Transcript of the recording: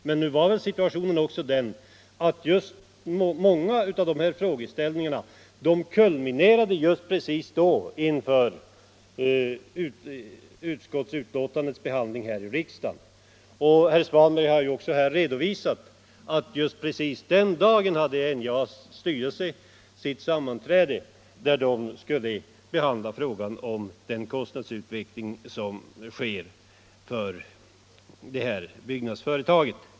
Men situationen var också den att många av dessa frågor gick in i avgörande skeden just i samband med utskottsbetänkandets behandling här i kammaren. Herr Svanberg har också redovisat att NJA:s styrelse samma dag höll ett sammanträde där hela frågan om byggnadsföretagets kostnadsutveckling skulle behandlas.